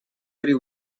very